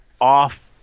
off